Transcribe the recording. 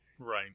Right